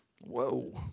Whoa